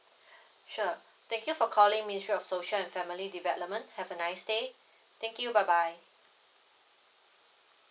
sure thank you for calling ministry of social and family development have a nice day thank you bye bye